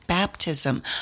Baptism